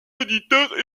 éditeurs